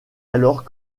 alors